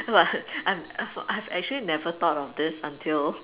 I've I've I've actually never thought of this until